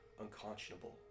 unconscionable